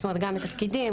גם בתפקידים,